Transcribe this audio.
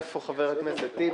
איפה חבר הכנסת טיבי?